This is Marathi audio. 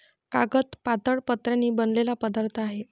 कागद पातळ पत्र्यांनी बनलेला पदार्थ आहे